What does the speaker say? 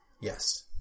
Yes